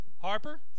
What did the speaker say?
Harper